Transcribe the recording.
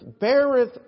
beareth